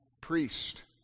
priest